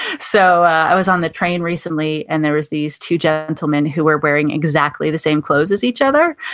so, i was on the train recently and there was these two gentlemen who were wearing exactly the same clothes as each other,